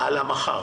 על המחר.